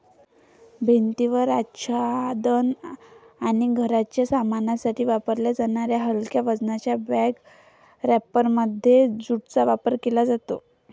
भिंतीवर आच्छादन आणि घराच्या सामानासाठी वापरल्या जाणाऱ्या हलक्या वजनाच्या बॅग रॅपरमध्ये ज्यूटचा वापर केला जातो